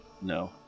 No